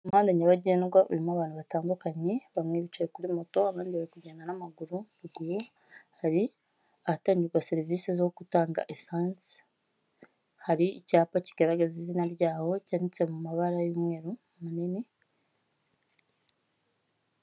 Umuhanda nyabagendwa urimo abantu batandukanye, bamwe bicaye kuri moto, abandi bari kugenda n'amaguru, hari ahatangirwa serivisi zo gutanga esansi, hari icyapa kigaragaza izina ryaho, cyanditse mu mabara y'umweru manini.